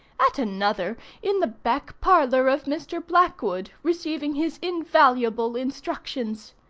at another in the back parlor of mr. blackwood receiving his invaluable instructions.